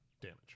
damage